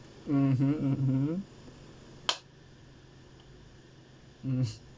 mmhmm mmhmm mm